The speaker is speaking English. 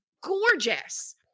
gorgeous